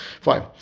Fine